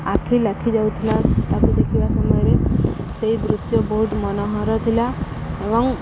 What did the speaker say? ଆଖି ଲାଖି ଯାଉଥିଲା ତାକୁ ଦେଖିବା ସମୟରେ ସେଇ ଦୃଶ୍ୟ ବହୁତ ମନୋହର ଥିଲା ଏବଂ